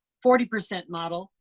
forty percent model,